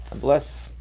Bless